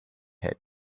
had